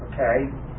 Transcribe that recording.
Okay